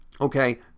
okay